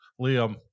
Liam